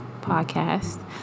podcast